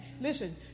Listen